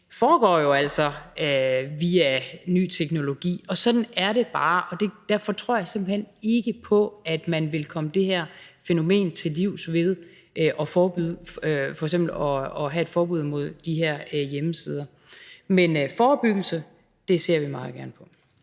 foregår via ny teknologi, og sådan er det bare. Derfor tror jeg simpelt hen ikke på, at man ville komme det her fænomen til livs ved f.eks. at have et forbud mod de her hjemmesider. Men forebyggelse ser vi meget gerne på.